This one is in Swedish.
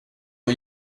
och